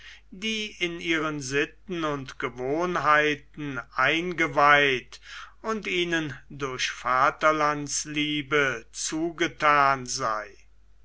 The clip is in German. die in ihren sitten und gewohnheiten eingeweiht und ihnen durch vaterlandsliebe zugethan sei